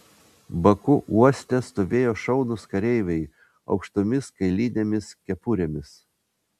baku uoste stovėjo šaunūs kareiviai aukštomis kailinėmis kepurėmis